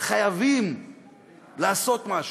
חייבים לעשות משהו.